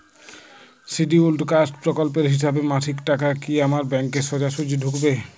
Scheduled caste প্রকল্পের হিসেবে মাসিক টাকা কি আমার ব্যাংকে সোজাসুজি ঢুকবে?